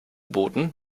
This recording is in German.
booten